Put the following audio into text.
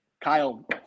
Kyle